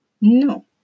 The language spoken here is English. No